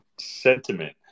sentiment